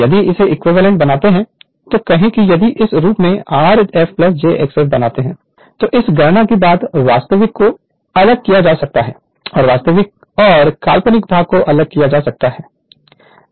यदि इसे इक्विवेलेंट बनाते हैं तो कहें कि यदि इस रूप में Rf j x f बनाते हैं तो इस गणना के बाद वास्तविक को अलग किया जा सकता है और वास्तविक और काल्पनिक भाग को अलग किया जा सकता है